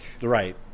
Right